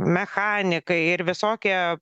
mechanikai ir visokie